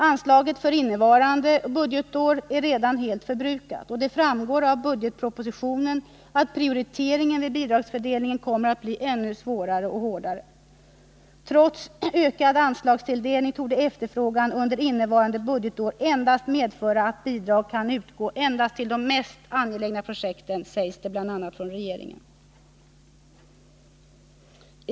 Anslaget för innevarande budgetår är redan helt förbrukat. Det framgår av budgetpropositionen att prioriteringen vid bidragsfördelningen kommer att bli ännu hårdare. ”Trots ökad anslagstilldelning torde efterfrågan under innevarande budgetår endast medföra att bidrag kan utgå endast till de mest angelägna projekten”, sägs det, bl.a., från regeringen.